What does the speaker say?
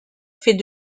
fait